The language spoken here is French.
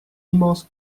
immense